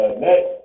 next